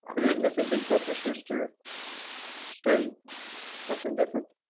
but didn't this in-vitro persister state something different,